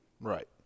Right